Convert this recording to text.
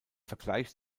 vergleich